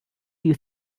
you